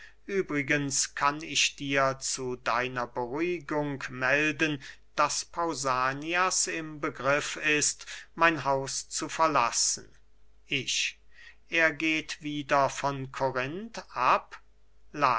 übrigens kann ich dir zu deiner beruhigung melden daß pausanias im begriff ist mein haus zu verlassen ich er geht wieder von korinth ab